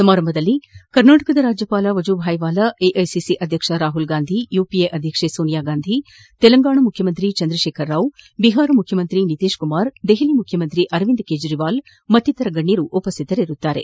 ಸಮಾರಂಭದಲ್ಲಿ ಕರ್ನಾಟಕದ ರಾಜ್ಯಪಾಲ ವಜುಭಾಯ್ ವಾಲಾ ಎಐಸಿಸಿ ಅಧ್ಯಕ್ಷ ರಾಹುಲ್ ಗಾಂಧಿ ಯುಪಿಎ ಅಧ್ಯಕ್ಷ ಸೋನಿಯಾ ಗಾಂಧಿ ತೆಲಂಗಾಣ ಮುಖ್ಯಮಂತ್ರಿ ಚಂದ್ರಶೇಖರ ರಾವ್ ಬಿಹಾರ್ ಮುಖ್ಯಮಂತ್ರಿ ನಿತೀಶ್ ಕುಮಾರ್ ದೆಪಲಿ ಮುಖ್ಯಮಂತ್ರಿ ಅರವಿಂದ್ ಕೇಜಿವಾಲ್ ಮತ್ತಿತರ ಗಣ್ಯರು ಉಪಶ್ಯಿತರಿರುವರು